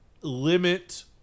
limit